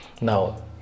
Now